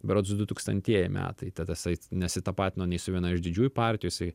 berods dutūkstantieji metai tada jisai nesitapatino nei su viena iš didžiųjų partijų jisai